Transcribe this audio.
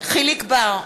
יחיאל חיליק בר,